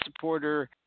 supporter